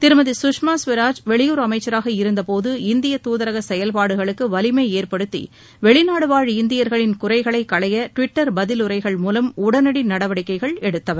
திருமதி கவராஜ் வெளியுறவு அமைச்சராக இருந்தபோது இந்தியத் துதரக செயல்பாடுகளுக்கு வலிமை ஏற்படுத்தி வெளிநாடுவாழ் இந்தியா்களின் குறைகளை களைய டிவிட்டர் பதிலுரைகள் மூவம் உடனடி நடவடிக்கைகள் எடுத்தவர்